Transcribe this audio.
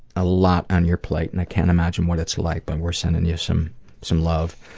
a lot on your plate, and i can't imagine what it's like, but we're sending you some some love.